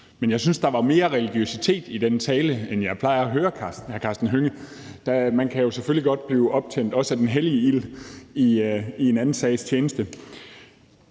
men jeg synes, der var mere religiøsitet i den tale, end jeg plejer at høre fra hr. Karsten Hønge. Man kan selvfølgelig også godt blive optændt af den hellige ild i en anden sags tjeneste.